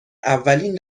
اولین